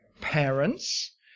Parents